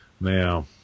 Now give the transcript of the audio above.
now